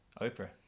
Oprah